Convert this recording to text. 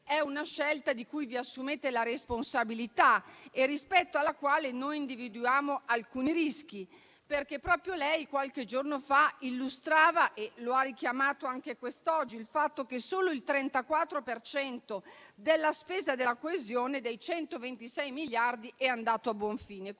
ve ne dovete assumere la responsabilità e rispetto a essa noi individuiamo alcuni rischi, perché proprio lei qualche giorno fa illustrava - e lo ha richiamato anche quest'oggi - il fatto che solo il 34 per cento della spesa della coesione (126 miliardi) è andato a buon fine.